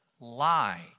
lie